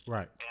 Right